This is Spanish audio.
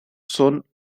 son